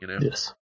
Yes